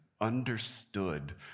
understood